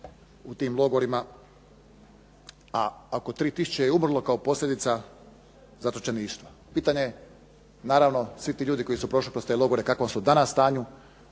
u tim logorima, a oko 3 tisuće je umrlo od posljedica zatočeništva. Pitanje, naravno svi ti ljudi koji su prošli sve te logore u kakvom su danas stanju?